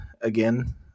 again